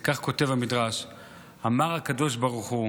וכך כותב המדרש: "אמר הקדוש ברוך הוא,